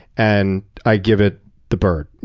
and i give it the bird.